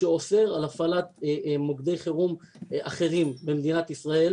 שאוסר על הפעלת מוקדי חירום אחרים במדינת ישראל.